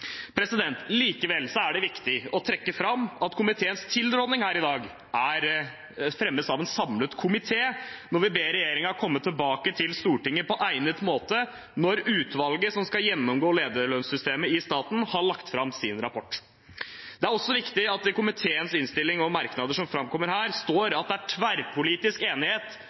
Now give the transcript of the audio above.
Likevel er det viktig å trekke fram at komiteens tilråding her i dag fremmes av en samlet komité når vi ber regjeringen komme tilbake til Stortinget på egnet måte når utvalget som skal gjennomgå lederlønnssystemet i staten, har lagt fram sin rapport. Det er også viktig at det i komiteens innstilling og merknader som framkommer her, står at «det er tverrpolitisk enighet